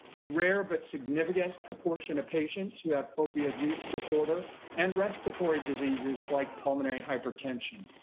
a rare but significant preportion of patients who have opioid use disorder and respiratory diseases like pulmonary hypertension.